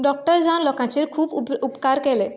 doctor जावन लोकांचेर खूब उप उपकार केले